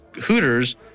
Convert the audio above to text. Hooters